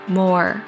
more